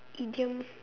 idiom